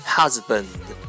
Husband